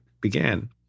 began